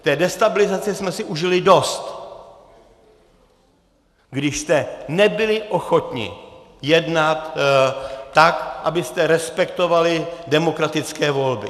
Té destabilizace jsme si užili dost, když jste nebyli ochotni jednat tak, abyste respektovali demokratické volby!